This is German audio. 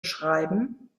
beschreiben